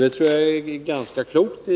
Det tror jag är ganska klokt,